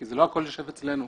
כי לא הכול ישב אצלנו.